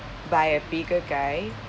by a bigger guy